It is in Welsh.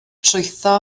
trwytho